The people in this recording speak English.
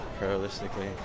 realistically